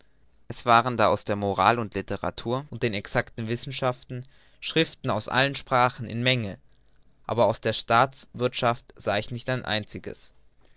es waren da aus der moral und literatur den exacten wissenschaften schriften aus allen sprachen in menge aber aus der staatswirthschaft sah ich nicht ein einziges